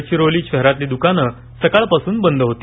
गडचिरोली शहरातली दुकानं सकाळपासुनच बंद होती